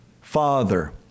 father